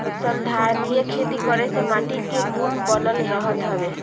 संधारनीय खेती करे से माटी कअ गुण बनल रहत हवे